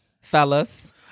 fellas